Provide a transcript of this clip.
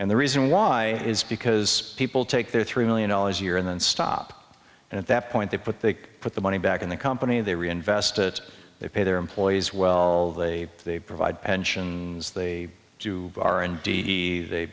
and the reason why is because people take their three million dollars a year and then stop and at that point they put they put the money back in the company they reinvest it they pay their employees well they they provide pensions they do bar and d they